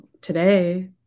today